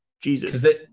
Jesus